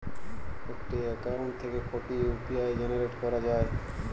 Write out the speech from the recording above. একটি অ্যাকাউন্ট থেকে কটি ইউ.পি.আই জেনারেট করা যায়?